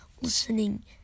listening